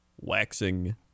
Waxing